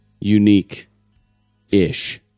unique-ish